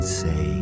say